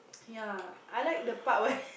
ya I like the part where